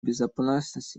безопасность